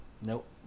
Nope